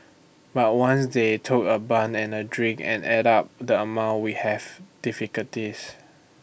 but once they took A bun and A drink and added up the amount we have difficulties